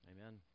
Amen